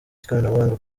ikoranabuhanga